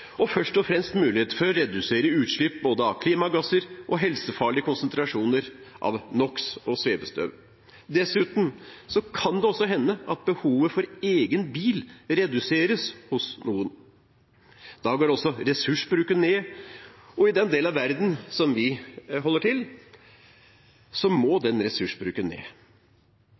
og – først og fremst – muligheter for reduserte utslipp både av klimagasser og helsefarlige konsentrasjoner av NO x og svevestøv. Dessuten kan det også hende at behovet for egen bil reduseres hos noen. Da går også ressursbruken ned, og i den delen av verden der vi holder til, må ressursbruken ned.